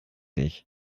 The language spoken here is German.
ich